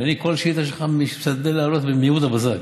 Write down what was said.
ואני על כל שאילתה שלך משתדל לענות במהירות הבזק.